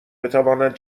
بتوانند